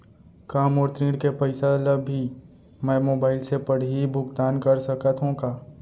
का मोर ऋण के पइसा ल भी मैं मोबाइल से पड़ही भुगतान कर सकत हो का?